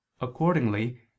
Accordingly